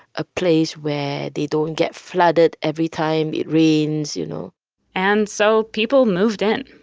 a place where they don't get flooded every time it rains you know and so people moved in.